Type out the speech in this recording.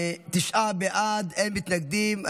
תשעה בעד, אין מתנגדים.